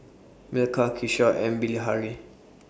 Milkha Kishore and Bilahari